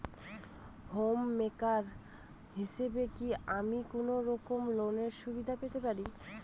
Home maker হিসেবে কি আমি কোনো রকম লোনের সুবিধা পেতে পারি?